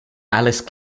alice